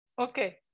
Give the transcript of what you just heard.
Okay